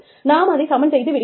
நாம் அதை சமன் செய்து விடுகிறோம்